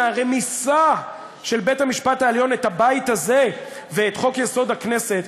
מהרמיסה של בית המשפט העליון את הבית הזה ואת חוק-יסוד: הכנסת,